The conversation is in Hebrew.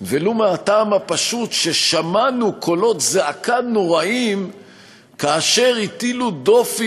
ולו מהטעם הפשוט ששמענו קולות זעקה נוראיים כאשר הטילו דופי